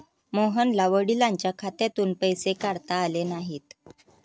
मोहनला वडिलांच्या खात्यातून पैसे काढता आले नाहीत